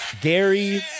Gary